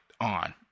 on